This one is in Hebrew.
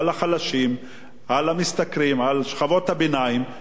על המשתכרים, על שכבות הביניים, ולהתעלם מהעשירים?